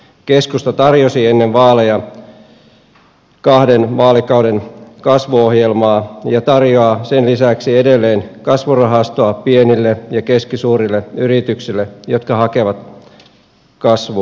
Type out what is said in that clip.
keskusta tarjosi ennen vaaleja kahden vaalikauden kasvuohjelmaa ja tarjoaa sen lisäksi edelleen kasvurahastoa pienille ja keskisuurille yrityksille jotka hakevat kasvua